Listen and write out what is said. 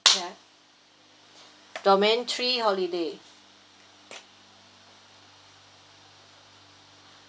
clap domain three holiday